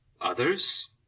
Others